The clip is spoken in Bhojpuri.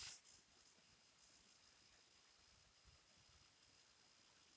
पेपर बनावे मे धरती के बहुत दोहन होखेला